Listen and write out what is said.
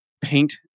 paint